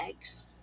eggs